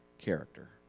character